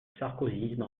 sarkozysme